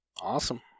Awesome